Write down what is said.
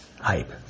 hype